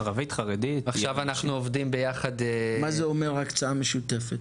עכשיו אנחנו עובדים ביחד --- מה זה אומר הקצאה משותפת?